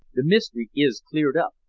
the mystery is cleared up,